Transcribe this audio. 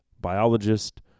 biologist